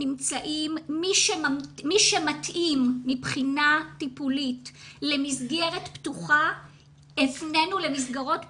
מי שמתאים מבחינה טיפולית למסגרת פתוחה הפנינו למסגרות פתוחות,